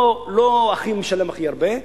לא מי שמשלם הכי הרבה.